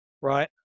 right